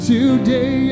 Today